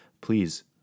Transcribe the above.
please